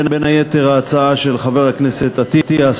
בין היתר ההצעה של חבר הכנסת אטיאס,